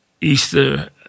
Easter